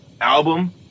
album